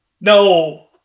No